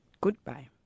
goodbye